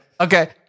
Okay